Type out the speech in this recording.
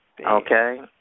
okay